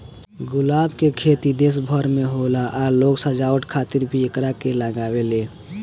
गुलाब के खेती देश भर में होला आ लोग सजावट खातिर भी एकरा के लागावेले